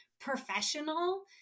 professional